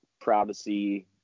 privacy